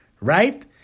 Right